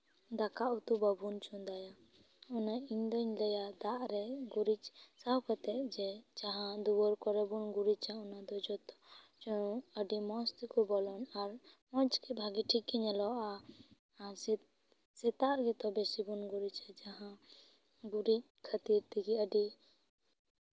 ᱫᱟᱠᱟ ᱩᱛᱩ ᱵᱟᱵᱚᱱ ᱪᱚᱸᱫᱟᱭᱟ ᱚᱱᱟ ᱤᱧ ᱫᱩᱧ ᱞᱟᱹᱭᱟ ᱫᱟᱜ ᱨᱮ ᱜᱩᱨᱤᱡᱽ ᱥᱟᱵ ᱠᱟᱛᱮ ᱡᱮ ᱡᱟᱦᱟᱸ ᱫᱩᱣᱟᱹᱨ ᱠᱚᱨᱮ ᱵᱚᱱ ᱜᱩᱨᱤᱡᱟ ᱚᱱᱟ ᱫᱚ ᱡᱚᱛᱚ ᱟᱹᱰᱤ ᱢᱚᱡᱽ ᱛᱮᱠᱚ ᱵᱚᱞᱚᱱ ᱟᱨ ᱢᱚᱡᱽ ᱜᱮ ᱵᱷᱟᱜᱮ ᱴᱷᱤᱠ ᱜᱮ ᱧᱮᱞᱚᱜᱼᱟ ᱥᱮᱛᱟᱜ ᱨᱮᱜᱮ ᱛᱚ ᱵᱤᱥᱤ ᱵᱚᱱ ᱜᱩᱨᱤᱡᱟ ᱡᱟᱦᱟᱸ ᱜᱩᱨᱤᱡᱽ ᱠᱷᱟᱹᱛᱤᱨ ᱛᱮᱜᱮ ᱟᱹᱰᱤ